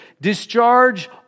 discharge